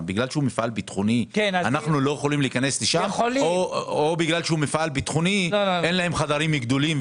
מפעל ביטחוני אנחנו לא יכולים להיכנס לשם או בגלל שאין לו חדרים גדולים,